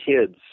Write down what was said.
kids